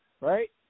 right